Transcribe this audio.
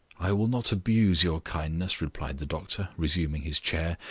i will not abuse your kindness, replied the doctor, resuming his chair.